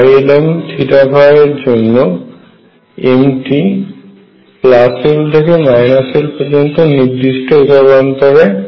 Ylm এর জন্য m টি l থেকে -l পর্যন্ত নির্দিষ্ট একক অন্তরে